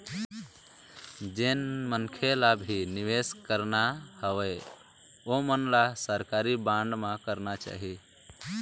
जेन मनखे ल भी निवेस करना हवय ओमन ल सरकारी बांड म करना चाही